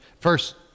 first